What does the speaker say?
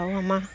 আৰু আমাৰ